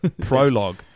prologue